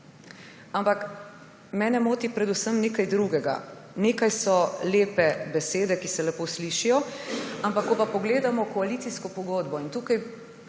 ampak mene moti predvsem nekaj drugega. Nekaj so lepe besede, ki se lepo slišijo, ampak ko pa pogledamo koalicijsko pogodbo in tukaj